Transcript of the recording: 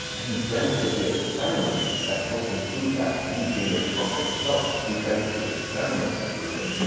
and he dreamt of the experiment that helped improve that. he didn't dream of the concept itself, but he dreamt of the experiment to prove it.